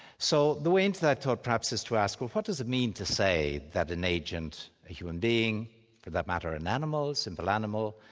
so the way into that thought perhaps is to ask well what does it mean to say that an agent, a human being, for that matter an animal, a simple animal,